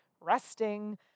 resting